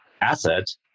asset